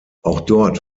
dort